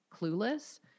clueless